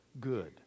good